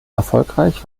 erfolgreich